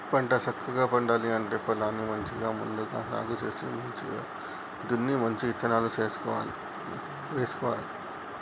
పంట సక్కగా పండాలి అంటే పొలాన్ని మంచిగా ముందుగా సాగు చేసి మంచిగ దున్ని మంచి ఇత్తనాలు వేసుకోవాలి